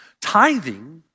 tithing